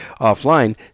offline